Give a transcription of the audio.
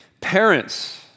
Parents